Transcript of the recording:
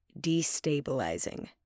destabilizing